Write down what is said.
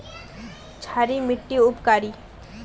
क्षारी मिट्टी उपकारी?